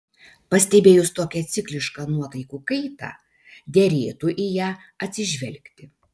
pastebėjus tokią ciklišką nuotaikų kaitą derėtų į ją atsižvelgti